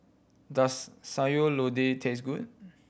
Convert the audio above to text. does Sayur Lodeh taste good